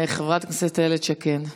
חברת הכנסת איילת שקד.